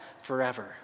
forever